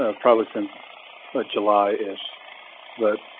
ah probably since ah july is but.